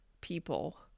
people